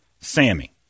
Sammy